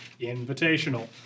Invitational